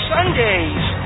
Sundays